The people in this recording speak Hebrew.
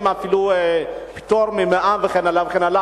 אפילו פטור ממע"מ וכן הלאה וכן הלאה.